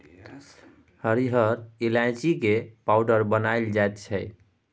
हरिहर ईलाइची के पाउडर बनाएल जाइ छै